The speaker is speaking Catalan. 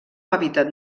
hàbitat